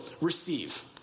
receive